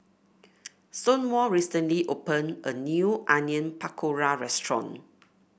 Stonewall recently opened a new Onion Pakora restaurant